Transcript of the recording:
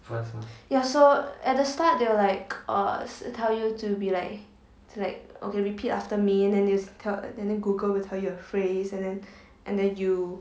ya so at the start they were like uh tell you to be like to like okay repeat after me then they will then google will tell you a phrase and then and then you